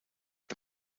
the